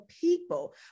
people